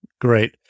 Great